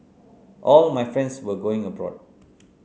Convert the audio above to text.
all my friends were going abroad